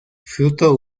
fruto